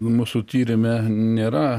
mūsų tyrime nėra